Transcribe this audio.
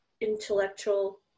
intellectual